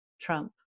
Trump